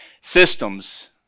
systems